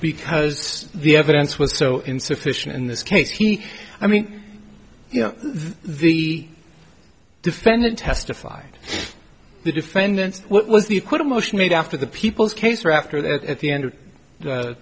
because the evidence was so insufficient in this case i mean you know the defendant testified the defendant what was the acquittal motion made after the people's case or after that at the end of the